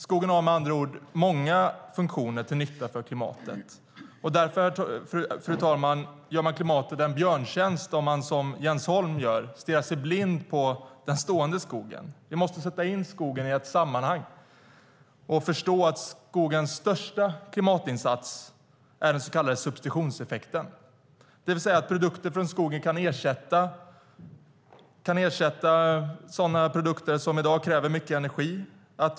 Skogen har med andra ord många funktioner till nytta för klimatet. Därför, fru talman, gör man klimatet en björntjänst om man som Jens Holm stirrar sig blind på den stående skogen. Vi måste sätta in skogen i ett sammanhang och förstå att skogens största klimatinsats är den så kallade substitutionseffekten, det vill säga att produkter från skogen kan ersätta sådana produkter som i dag kräver mycket energi.